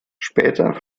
später